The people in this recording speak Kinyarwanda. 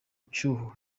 cyuho